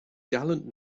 gallant